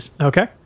Okay